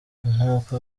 nkuko